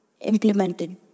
implemented